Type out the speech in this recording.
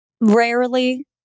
Rarely